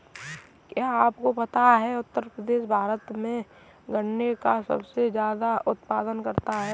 क्या आपको पता है उत्तर प्रदेश भारत में गन्ने का सबसे ज़्यादा उत्पादन करता है?